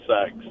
sex